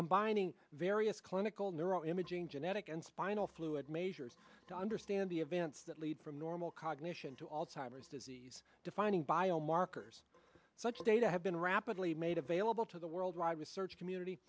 combining various clinical neuro imaging genetic and spinal fluid measures to understand the events that lead from normal cognition to alzheimer's disease defining biomarkers such data have been rapidly made available to the worldwide research community